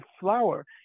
flower